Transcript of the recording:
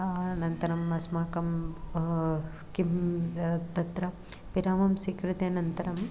अनन्तरम् अस्माकं किं तत्र विरामं स्वीकृत्य अनन्तरम्